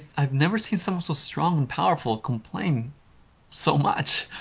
i've never seen someone so strong and powerful complaining so much.